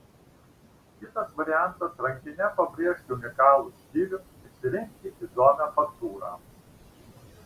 kitas variantas rankine pabrėžti unikalų stilių išsirinkti įdomią faktūrą